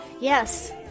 Yes